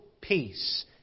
peace